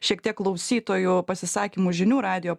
šiek tiek klausytojų pasisakymų žinių radijo